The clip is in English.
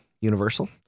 Universal